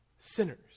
Sinners